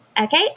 Okay